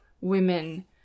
women